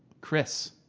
Chris